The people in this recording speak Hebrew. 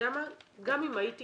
גם אם הייתי